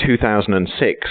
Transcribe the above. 2006